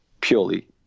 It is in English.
purely